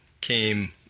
came